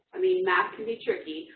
i mean, math can be tricky.